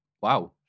Wow